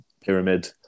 pyramid